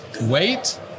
Wait